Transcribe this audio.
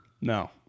No